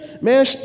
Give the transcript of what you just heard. Man